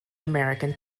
american